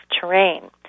terrain